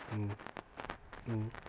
mm mm